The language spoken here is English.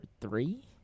three